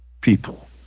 people